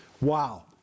Wow